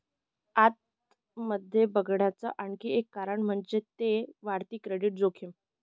आत मध्ये बघण्याच आणखी एक कारण आहे ते म्हणजे, वाढती क्रेडिट जोखीम